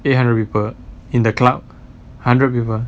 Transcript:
eight hundred people in the club hundred people